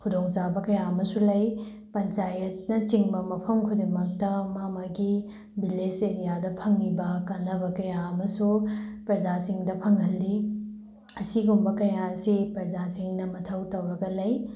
ꯈꯨꯗꯣꯡꯆꯥꯕ ꯀꯌꯥ ꯑꯃꯁꯨ ꯂꯩ ꯄꯟꯆꯥꯌꯠꯅꯆꯤꯡꯕ ꯃꯐꯝ ꯈꯨꯗꯤꯡꯃꯛꯇ ꯃꯥꯒꯤ ꯃꯥꯒꯤ ꯚꯤꯂꯦꯖ ꯑꯦꯔꯤꯌꯥꯗ ꯐꯪꯉꯤꯕ ꯀꯥꯟꯅꯕ ꯀꯌꯥ ꯑꯃꯁꯨ ꯄ꯭ꯔꯖꯥꯁꯤꯡꯗ ꯐꯪꯍꯜꯂꯤ ꯑꯁꯤꯒꯨꯝꯕ ꯀꯌꯥ ꯑꯁꯤ ꯄ꯭ꯔꯖꯥꯁꯤꯡꯅ ꯃꯊꯧ ꯇꯧꯔꯒ ꯂꯩ